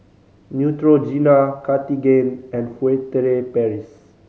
Neutrogena Cartigain and Furtere Paris